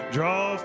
Draw